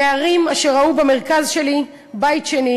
אשר ראו במרכז שלי בית שני